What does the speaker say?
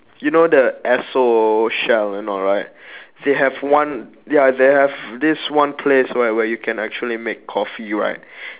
you know the Esso Shell and all right they have one ya they have this one place where where you can actually make coffee right